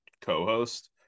co-host